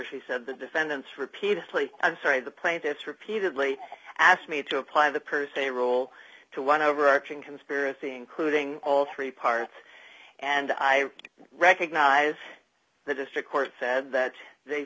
she said the defendants repeatedly i'm sorry the plaintiffs repeatedly asked me to apply the per se rule to one overarching conspiracy including all three parts and i recognize the district court said that they